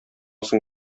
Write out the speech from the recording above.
соң